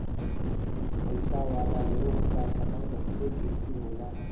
पईसा वाला लोग कअ समय बहुते कीमती होला